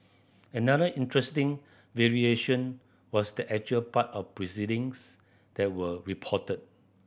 another interesting variation was the actual part of proceedings that were reported